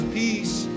peace